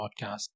podcast